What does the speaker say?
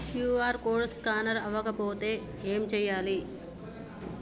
QR code scanner అవ్వకపోతే ఏం చేయాలి?